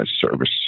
service